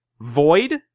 Void